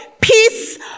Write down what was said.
peace